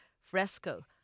fresco